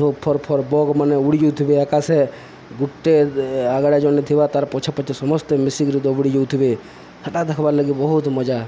ଧୂପ ଫର୍ ଫର୍ ବକ୍ ମାନେ ଉଡ଼ି ଯାଉଥିବେ ଆକାଶେ ଗୁଟେ ଆଗଡ଼ ଜଣେ ଥିବା ତାର ପୋଛାପଟେ ସମସ୍ତେ ମିଶିକି ଦଉଡ଼ି ଯାଉଥିବେ ହେଇଟା ଦେଖବାର୍ ଲାଗି ବହୁତ ମଜା